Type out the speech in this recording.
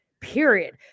period